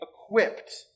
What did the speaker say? equipped